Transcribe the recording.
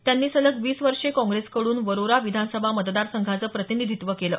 त्यांनी सलग वीस वर्षे काँग्रेसकडून वरोरा विधानसभा मतदारसंघाचं प्रतिनिधित्व केलं